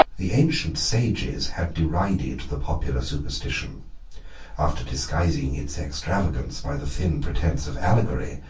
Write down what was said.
the ancient sages had derided the popular superstition after disguising its extravagance by the thin pretence of allegory,